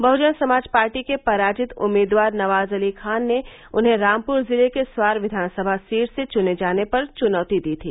बहुजन Samaj party के पराजित उम्मीदवार नवाज अली खान ने उन्हें रामपूर जिले के स्वार विधानसभा सीट से चुने जाने पर चुनौती दी थी